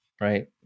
right